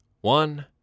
one